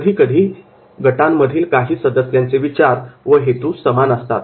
कधीकधी गटांमधील काही सदस्यांचे विचार व हेतू समान असतात